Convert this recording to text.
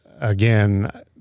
again